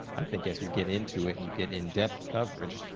i think as you get into it and you get in-depth coverage,